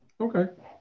okay